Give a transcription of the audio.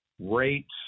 rates